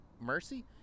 Mercy